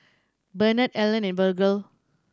Benard Allen and Virgle